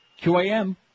QAM